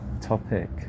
topic